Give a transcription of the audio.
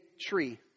tree